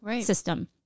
system